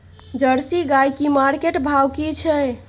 Jersey गाय की market भाव की छै?